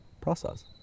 process